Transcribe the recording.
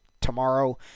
tomorrow